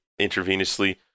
intravenously